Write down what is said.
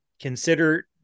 consider